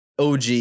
OG